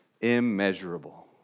immeasurable